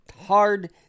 hard